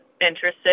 interested